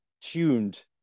tuned